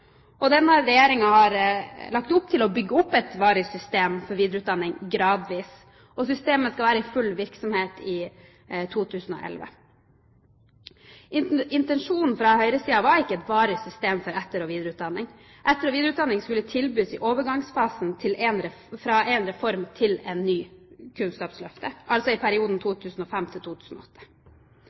Denne regjeringen har lagt opp til gradvis å bygge opp et varig system for videreutdanning. Systemet skal være i full virksomhet i 2011. Intensjonen til høyresiden var ikke et varig system for etter- og videreutdanning. Etter- og videreutdanning skulle tilbys i overgangsfasen fra én reform til en ny – Kunnskapsløftet – altså i perioden 2005 til 2008.